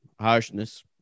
harshness